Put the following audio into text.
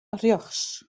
rjochts